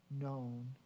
known